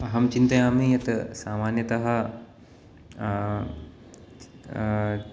अहं चिन्तयामि यत् सामान्यतः